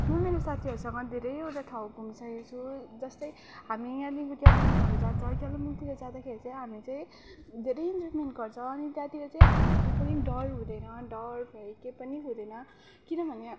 म मेरो साथीहरूसँग धेरैवटा ठाउँ घुमिसकेको छु जस्तै हामी यहाँदेखिको कालिम्पोङहरू जान्छ कालिम्पोङतिर जाँदाखेरि चाहिँ हामी चाहिँ धेरै इन्जोएमेन्ट गर्छ अनि त्यहाँतिर चाहिँ हामीलाई के पनि डर हुँदैन डरहरू के पनि हुँदैन किनभने